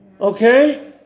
Okay